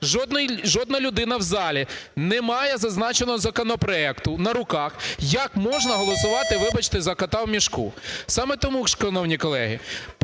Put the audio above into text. жодна людина в залі не має зазначеного законопроекту на руках, як можна голосувати, вибачте, за "кота в мішку"? Саме тому, шановні колеги,